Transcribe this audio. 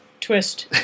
twist